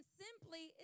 simply